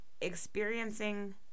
experiencing